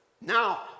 Now